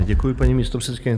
Děkuji, paní místopředsedkyně.